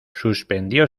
suspendió